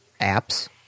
apps